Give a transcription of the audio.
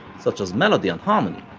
such as melody and harmony,